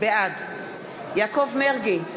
בעד יעקב מרגי,